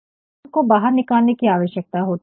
और फिर उनको बाहर निकालने की आवश्यकता होती है